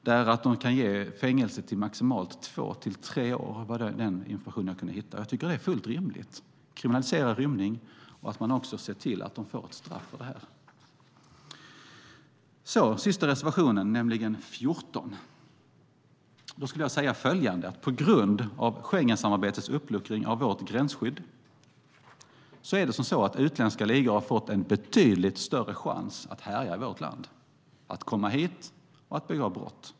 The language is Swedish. Där kan detta ge fängelse i maximalt två till tre år, enligt den information jag har kunnat hitta. Jag tycker att det är fullt rimligt att kriminalisera rymning och se till att de som rymmer får ett straff. Jag kommer nu till den sista reservationen, nämligen nr 14. Jag skulle vilja säga följande: På grund av Schengensamarbetets uppluckring av vårt gränsskydd har utländska ligor fått en betydligt större chans att härja i vårt land, att komma hit och att begå brott.